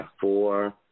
four